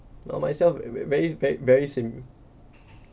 no myself ve~ ve~ very very same